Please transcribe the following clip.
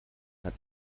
hat